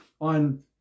on